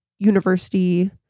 university